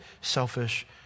selfish